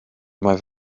mae